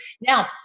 Now